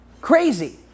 Crazy